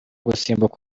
gusimbuka